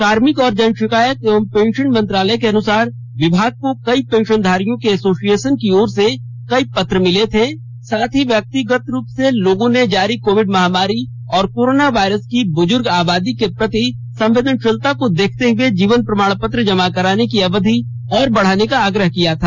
कार्मिक और जनशिकायत एवं पेंशन मंत्रालय के अनुसार विभाग को कई पेंशनधारियों के एसोसिएशन की ओर से कई पत्र मिले थे साथ ही व्यक्तिगत रूप से लोगों ने जारी कोविड महामारी और कोरोना वायरस की बुज़ुर्ग आबादी के प्रति संवेदनशीलता को देखते हुए जीवन प्रमाणपत्र जमा करने की अवधि और बढ़ाने का आग्रह किया था